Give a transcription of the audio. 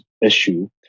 issue